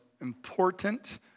important